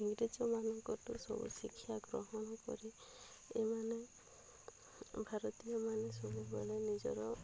ଇଂରେଜମାନଙ୍କଠୁ ସବୁ ଶିକ୍ଷା ଗ୍ରହଣ କରି ଏମାନେ ଭାରତୀୟ ମାନେ ସବୁବେଳେ ନିଜର